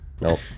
Nope